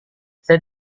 saya